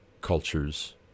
cultures